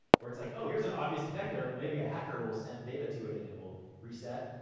where it's like, oh here's an obvious connector, maybe a hacker will send data to it. and it will reset.